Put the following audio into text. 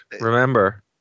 remember